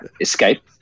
escape